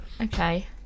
Okay